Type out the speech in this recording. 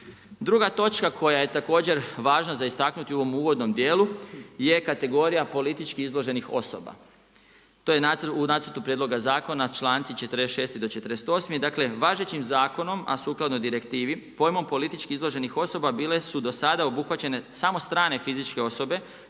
Druga točka koja je također važna za istaknuti u ovom uvodnom dijelu je kategorija politički izloženih osoba. To je u nacrtu prijedloga zakona članci 46. do 48. Dakle, važećim zakonom, a sukladno direktivi pojmom politički izloženih osoba bile su do sada obuhvaćene samo strane fizičke osobe